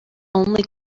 only